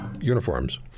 uniforms